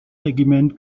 regiment